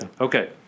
Okay